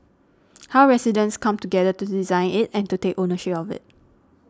how residents come together to design it and to take ownership of it